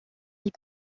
les